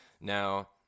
now